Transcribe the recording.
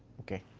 okay.